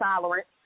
tolerance